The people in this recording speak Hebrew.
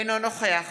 אינו נוכח